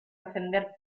defender